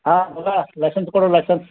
ಹಾಂ hello licence ಕೊಡು licence